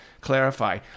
clarify